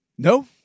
No